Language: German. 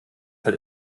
halt